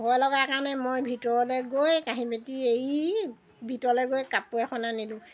ভয় লগা কাৰণে মই ভিতৰলৈ গৈ কাঁহী বাতি এৰি ভিতৰলৈ গৈ কাপোৰ এখন আনিলোঁ